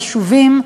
חשובים,